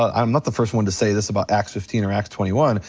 i'm not the first one to say this about acts fifteen or acts twenty one,